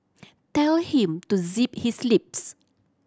tell him to zip his lips